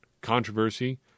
controversy